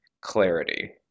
Clarity